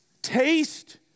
Taste